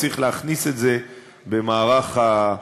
אז צריך להכניס את זה למערך הבדיקות,